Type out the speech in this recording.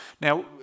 Now